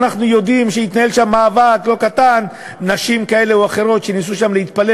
אנחנו יודעים שהתנהל שם מאבק לא קטן: נשים כאלה או אחרות ניסו להתפלל